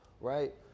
right